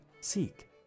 seek